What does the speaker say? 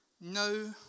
no